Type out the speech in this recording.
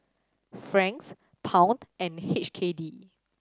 Franc Pound and H K D